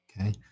okay